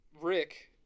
Rick